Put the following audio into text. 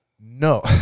No